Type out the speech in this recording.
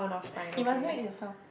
you must wait in the shelf